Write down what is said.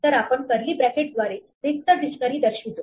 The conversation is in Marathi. तर आपण कर्ली ब्रॅकेट्स द्वारे रिक्त डिक्शनरी दर्शवितो